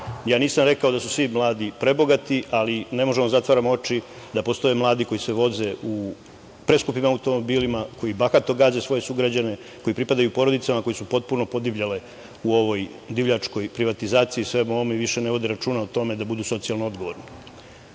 Ja nisam rekao da su svi mladi prebogati, ali ne možemo da zatvaramo oči da postoje mladi koji se voze u preskupim automobilima, koji bahato gaze svoje sugrađane, koji pripadaju porodicama koje su potpuno podivljale u ovoj divljačkoj privatizaciji, svemu ovome i više ne vode računa o tome da budu socijalno odgovorni. Da